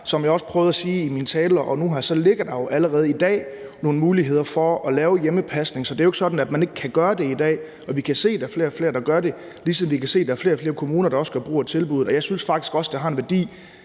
Som jeg også prøvede at sige i min tale og nu her, er der jo allerede i dag nogle muligheder for at lave hjemmepasning. Det er jo ikke sådan, at man ikke kan gøre det i dag. Vi kan se, at der er flere og flere, der gør det, ligesom vi kan se, at der er flere og flere kommuner, der også gør brug af tilbuddet. Jeg synes faktisk også, det har en værdi,